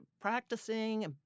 practicing